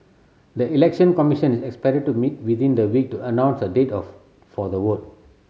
the Election Commission is expected to meet within the week to announce a date of for the vote